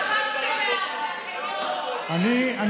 ובסוף זרק אתכם, אני יכול,